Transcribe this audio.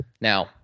Now